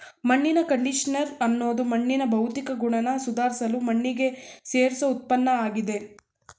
ಮಣ್ಣಿನ ಕಂಡಿಷನರ್ ಅನ್ನೋದು ಮಣ್ಣಿನ ಭೌತಿಕ ಗುಣನ ಸುಧಾರ್ಸಲು ಮಣ್ಣಿಗೆ ಸೇರ್ಸೋ ಉತ್ಪನ್ನಆಗಿದೆ